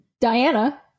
Diana